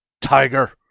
Tiger